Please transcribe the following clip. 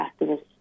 activists